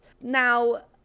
now